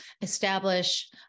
establish